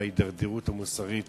ובהידרדרות המוסרית